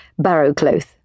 Barrowcloth